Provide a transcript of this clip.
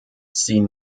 sie